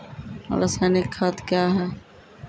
रसायनिक खाद कया हैं?